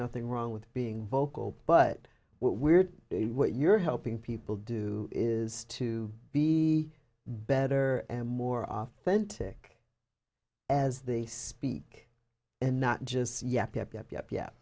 nothing wrong with being vocal but what we're what you're helping people do is to be better and more off then tick as they speak and not just yep yep yep yep yep